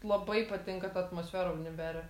labai patinka ta atmosfera univere